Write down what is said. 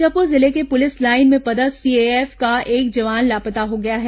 बीजापुर जिले के police line में पदस्थ सीएएफ का एक जवान लापता हो गया है